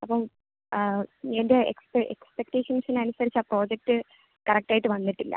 അപ്പോൾ എൻ്റെ എക്സ്പെക്റ്റേഷൻസിന് അനുസരിച്ച് ആ പ്രോജക്റ്റ് കറക്റ്റായിട്ട് വന്നിട്ടില്ല